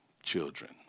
children